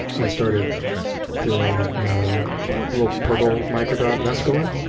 i started doing little purple microdot mescaline.